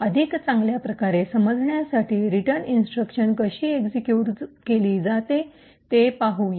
अधिक चांगल्याप्रकारे समजण्यासाठी रिटर्न इन्स्ट्रक्शन कशी एक्सिक्यूट केली जाते ते पाहूया